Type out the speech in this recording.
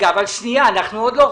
תודה.